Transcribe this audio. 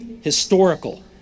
historical